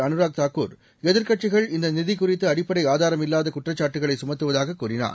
அனுராக் தாக்கூர் எதிர்க்கட்சிகள் இந்த நிதி குறித்து அடிப்படை ஆதாரம் அல்லாத குற்றச்சாட்டுகளை சுமத்துவதாக கூறினார்